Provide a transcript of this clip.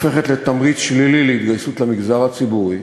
הופך לתמריץ שלילי להתגייסות למגזר הציבורי,